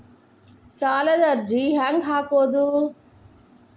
ಸಾಲದ ಅರ್ಜಿ ಹೆಂಗ್ ಹಾಕುವುದು?